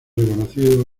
reconocido